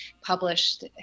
published